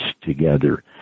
together